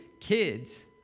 kids